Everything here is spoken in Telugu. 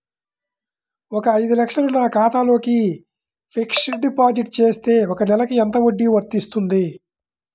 ఒక ఐదు లక్షలు నా ఖాతాలో ఫ్లెక్సీ డిపాజిట్ చేస్తే ఒక నెలకి ఎంత వడ్డీ వర్తిస్తుంది?